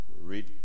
read